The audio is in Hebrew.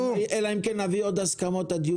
אלא אם כן נביא עוד הסכמות עד יולי.